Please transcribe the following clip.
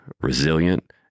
resilient